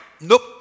nope